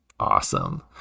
awesome